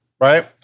Right